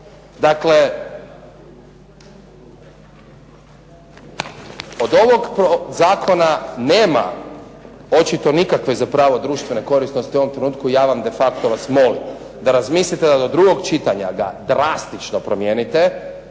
Dakle, od ovog zakona nema očito nikakve zapravo društvene korisnosti, u ovom trenutku ja vam de facto vas molim da razmislite da do drugog čitanja ga drastično promijenite